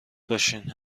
باشین